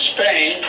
Spain